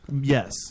Yes